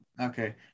Okay